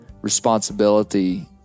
responsibility